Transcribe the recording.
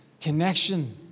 connection